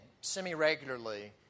semi-regularly